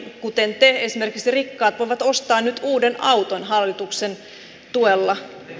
esimerkiksi rikkaat voivat ostaa nyt uuden auton hallituksen tuella